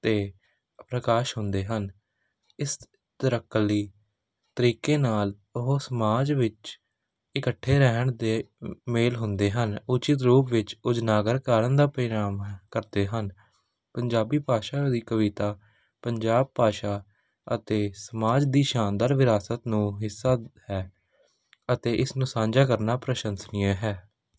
ਅਤੇ ਪ੍ਰਕਾਸ਼ ਹੁੰਦੇ ਹਨ ਇਸ ਤਰਾਕਲੀ ਤਰੀਕੇ ਨਾਲ ਉਹ ਸਮਾਜ ਵਿੱਚ ਇਕੱਠੇ ਰਹਿਣ ਦੇ ਮੇਲ ਹੁੰਦੇ ਹਨ ਉਚਿੱਤ ਰੂਪ ਵਿੱਚ ਕੁਝ ਨਾਗਰ ਕਾਰਨ ਦਾ ਪ੍ਰਰਿਣਾਮ ਕਰਦੇ ਹਨ ਪੰਜਾਬੀ ਭਾਸ਼ਾ ਦੀ ਕਵਿਤਾ ਪੰਜਾਬ ਭਾਸ਼ਾ ਅਤੇ ਸਮਾਜ ਦੀ ਸ਼ਾਨਦਾਰ ਵਿਰਾਸਤ ਨੂੰ ਹਿੱਸਾ ਹੈ ਅਤੇ ਇਸ ਨੂੰ ਸਾਂਝਾ ਕਰਨਾ ਪ੍ਰਸ਼ੰਸ਼ਨੀਏ ਹੈ